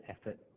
effort